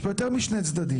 יש פה יותר משני צדדים.